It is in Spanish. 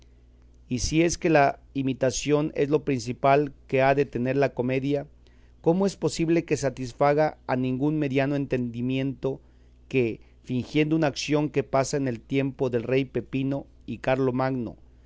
y si es que la imitación es lo principal que ha de tener la comedia cómo es posible que satisfaga a ningún mediano entendimiento que fingiendo una acción que pasa en tiempo del rey pepino y